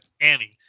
Annie